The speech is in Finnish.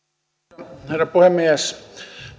arvoisa herra puhemies